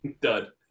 Dud